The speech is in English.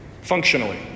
functionally